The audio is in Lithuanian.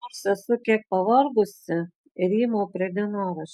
nors esu kiek pavargusi rymau prie dienoraščio